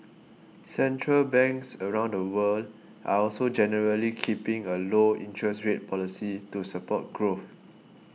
central banks around the world are also generally keeping a low interest rate policy to support growth